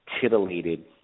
titillated